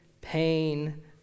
pain